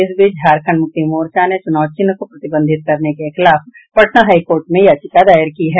इस बीच झारखंड मुक्ति मोर्चा ने चूनाव चिन्ह को प्रतिबंधित करने के खिलाफ पटना हाईकोर्ट में याचिका दायर की है